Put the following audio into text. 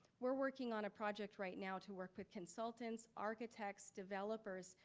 we're working on a project right now to work with consultants, architects, developers,